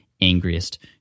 angriest